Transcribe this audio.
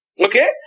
Okay